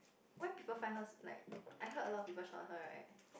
why people find hers like I heard a lot of people saw her right